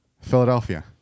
Philadelphia